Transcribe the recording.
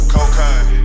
Cocaine